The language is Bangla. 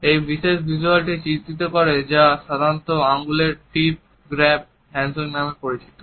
এই বিশেষ ভিজ্যুয়ালটি চিত্রিত করে যা সাধারণত আঙ্গুলের টিপ গ্র্যাব হ্যান্ডশেক নামে পরিচিত